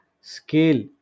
scale